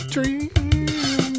Dream